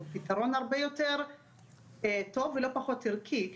הוא פתרון הרבה יותר טוב ולא פחות ערכי.